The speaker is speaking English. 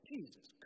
Jesus